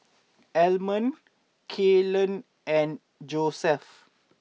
Almon Kaylen and Josef